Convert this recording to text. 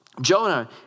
Jonah